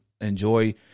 enjoy